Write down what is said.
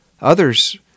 Others